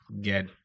get